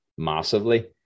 massively